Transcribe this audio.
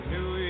New